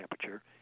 temperature